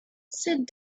sit